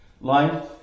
life